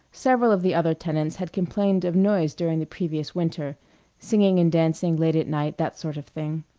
several of the other tenants had complained of noise during the previous winter singing and dancing late at night, that sort of thing.